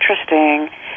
interesting